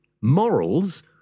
Morals